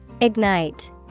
Ignite